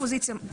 רק לאופוזיציה.